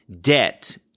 debt